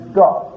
god